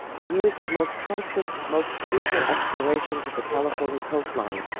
the years of the most constant, most crucial explorations of the california coastline,